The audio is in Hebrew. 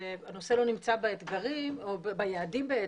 שהנושא לא נמצא ביעדים בעצם.